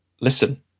listen